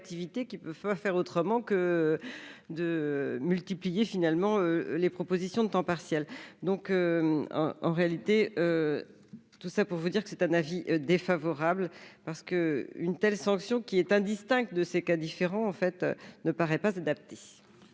qui peut pas faire autrement que de multiplier finalement les propositions de temps partiel, donc en réalité, tout ça pour vous dire que c'est un avis défavorable, parce que une telle sanction qui est indistincte de ces cas différents, en fait, ne paraît pas.